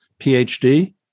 PhD